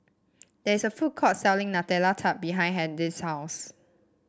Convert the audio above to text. there is a food court selling Nutella Tart behind Hedy's house